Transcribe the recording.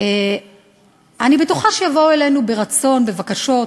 אני בטוחה שיבואו אלינו ברצון בבקשות